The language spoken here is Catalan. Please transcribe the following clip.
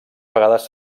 vegades